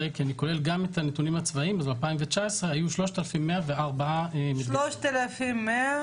אני לא התפרצתי לדברים,